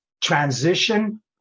transition